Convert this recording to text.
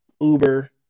Uber